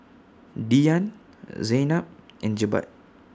Dian Zaynab and Jebat